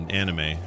anime